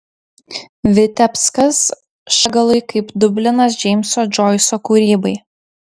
vitebskas šagalui kaip dublinas džeimso džoiso kūrybai